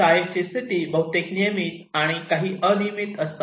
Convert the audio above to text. शाळेची स्थिती बहुतेक नियमित आणि काही अनियमित असतात